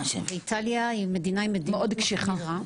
איטליה היא מדינה עם מדיניות מחמירה.